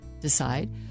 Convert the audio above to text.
decide